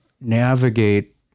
navigate